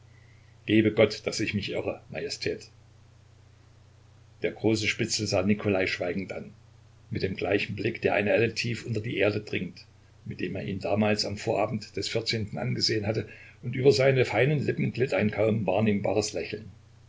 gebe gott daß ich mich irre majestät der große spitzel sah nikolai schweigend an mit dem gleichen blick der eine elle tief unter die erde dringt mit dem er ihn damals am vorabend des vierzehnten angesehen hatte und über seine feinen lippen glitt ein kaum wahrnehmbares lächeln